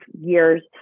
years